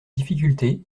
difficultés